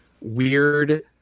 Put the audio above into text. weird